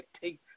take